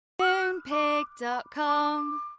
Moonpig.com